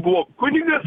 buvo kunigas